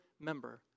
member